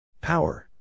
Power